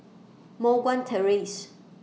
Moh Guan Terrace